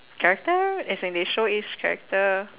character as in they show each character